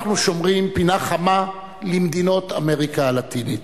אנחנו שומרים פינה חמה למדינות אמריקה הלטינית.